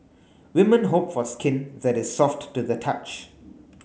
women hope for skin that is soft to the touch